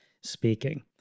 speaking